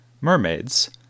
mermaids